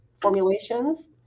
formulations